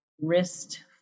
wrist